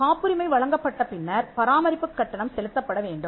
காப்புரிமை வழங்கப்பட்ட பின்னர் பராமரிப்புக் கட்டணம் செலுத்தப்பட வேண்டும்